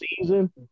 season